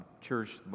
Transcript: church